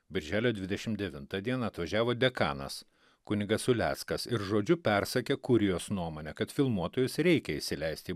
birželio dvidešim devintą dieną atvažiavo dekanas kunigas uleckas ir žodžiu persakė kurijos nuomonę kad filmuotojus reikia įsileisti